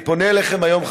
אני פונה אליכם היום,